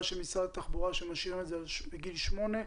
של משרד התחבורה שמשאיר את זה על גיל שמונה.